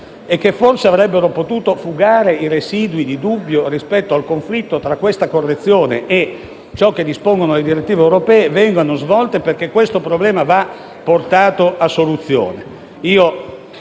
e che forse avrebbero potuto fugare i dubbi residui rispetto al conflitto tra la correzione in questione e ciò che dispongono le direttive europee, vengano svolti perché il problema va portato a soluzione.